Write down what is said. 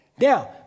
Now